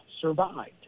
survived